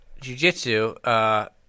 jujitsu